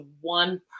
one